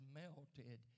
melted